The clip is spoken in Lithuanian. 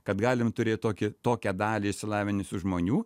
kad galim turėt tokį tokią dalį išsilavinusių žmonių